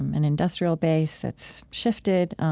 um an industrial base that's shifted.